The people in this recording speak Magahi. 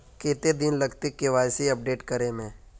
कते दिन लगते के.वाई.सी अपडेट करे में?